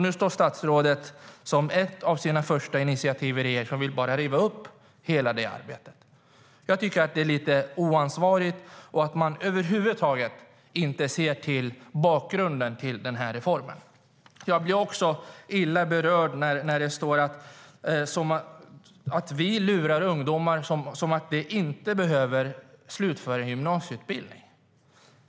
Nu står statsrådet och säger att som ett av sina första initiativ i regeringen vill hon riva upp hela det arbetet. Det är lite oansvarigt. Man ser över huvud taget inte till bakgrunden till reformen. Jag blir också illa berörd av att statsrådet säger att vi lurar ungdomar att tro att de inte behöver slutföra gymnasieutbildning.